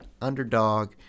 underdog